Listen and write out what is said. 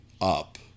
up